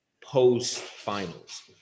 post-finals